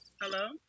hello